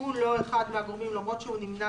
הוא לא אחד מהגורמים למרות שהוא נמנה